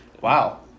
Wow